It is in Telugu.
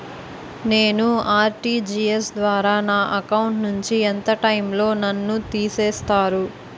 నేను ఆ.ర్టి.జి.ఎస్ ద్వారా నా అకౌంట్ నుంచి ఎంత టైం లో నన్ను తిసేస్తారు?